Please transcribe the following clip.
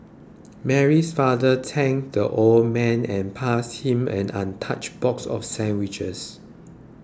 Mary's father thanked the old man and passed him an untouched box of sandwiches